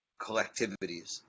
collectivities